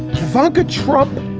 funking trump.